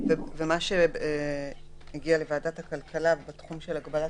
מה שהגיע לוועדת הכלכלה בתחום של הגבלת